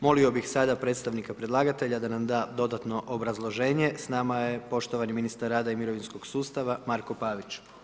Molio bih sada predstavnika predlagatelja da nam da dodatno obrazloženje, s nama je poštovani ministar rada i mirovinskog sustava, Marko Pavić.